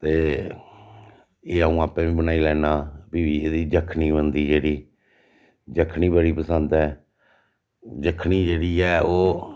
ते एह् आ'ऊं आपें बी बनाई लैन्नां फिरी एह्दी जक्खनी बनदी जेह्ड़ी जक्खनी बड़ी पसंद ऐ जक्खनी जेह्ड़ी ऐ ओह्